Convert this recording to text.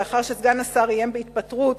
לאחר שסגן השר איים בהתפטרות,